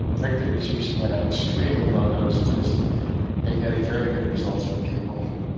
victor was using it at extremely low doses and getting very good results from people.